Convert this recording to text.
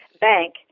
bank